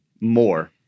more